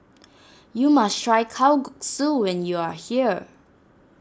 you must try Kalguksu when you are here